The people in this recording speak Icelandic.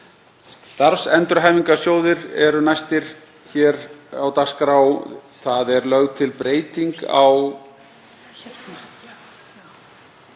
Starfsendurhæfingarsjóðir eru næstir hér á dagskrá. Það er lögð til breyting á